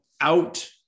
out